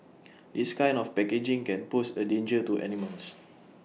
this kind of packaging can pose A danger to animals